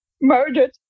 murdered